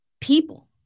people